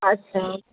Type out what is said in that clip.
अच्छा